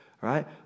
right